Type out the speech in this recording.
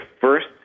first